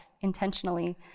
intentionally